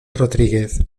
rodríguez